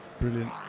brilliant